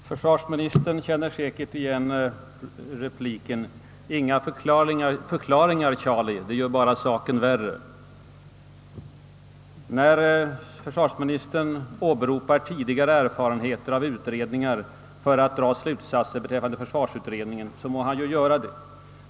Herr talman! Försvarsministern känner säkert igen repliken: »Inga förklaringar, Charlie, det gör bara saken värre.» När försvarsministern åberopar tidigare erfarenheter av utredningar för att dra slutsatser beträffande försvarsutredningen må han göra det.